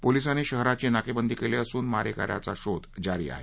पोलीसांनी शहराची नाकेबंदी केली असून मारेक याचा शोध जारी आहे